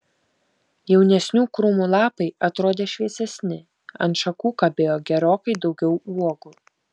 jaunesnių krūmų lapai atrodė šviesesni ant šakų kabėjo gerokai daugiau uogų